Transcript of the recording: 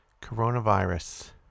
coronavirus